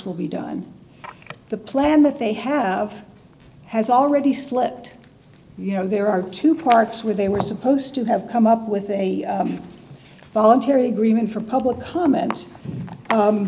will be done the plan that they have has already slipped you know there are two parts where they were supposed to have come up with a voluntary agreement for public comment